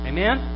Amen